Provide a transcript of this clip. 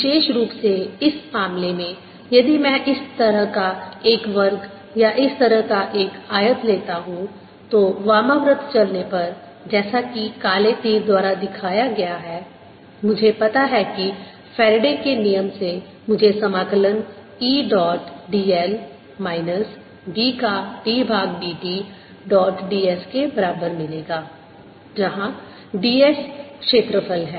विशेष रूप से इस मामले में यदि मैं इस तरह का एक वर्ग या इस तरह का एक आयत लेता हूं तो वामाव्रत चलने पर जैसा कि काले तीर द्वारा दिखाया गया है मुझे पता है कि फैराडे के नियम Faraday's law से मुझे समाकलन E dot dl minus B का d भाग dt डॉट ds के बराबर मिलेगा जहां ds क्षेत्रफल है